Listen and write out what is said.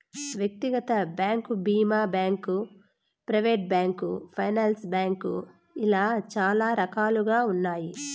వ్యక్తిగత బ్యాంకు భీమా bank, private bank, finance bank ఇలా చాలా రకాలుగా ఉన్నాయి